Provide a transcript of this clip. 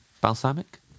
Balsamic